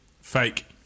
Fake